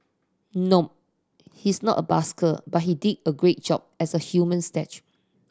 nope he's not a busker but he did a great job as a human statue